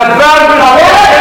נבל.